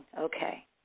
Okay